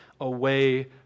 away